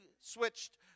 switched